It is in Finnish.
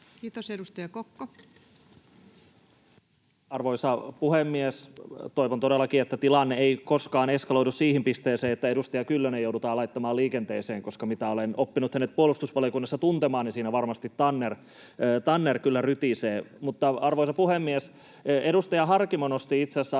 Kiitos. — Edustaja Kokko Arvoisa puhemies! Toivon todellakin, että tilanne ei koskaan eskaloidu siihen pisteeseen, että edustaja Kyllönen joudutaan laittamaan liikenteeseen, koska mitä olen oppinut hänet puolustusvaliokunnassa tuntemaan, niin siinä varmasti tanner kyllä rytisee. Arvoisa puhemies! Edustaja Harkimo nosti itse asiassa